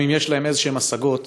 גם אם יש להם איזשהן השגות,